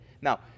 Now